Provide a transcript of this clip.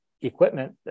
equipment